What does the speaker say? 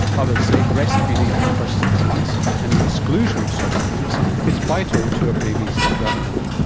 others say breastfeeding for the first six months and the exclusion of solid foods is vital to a baby's development.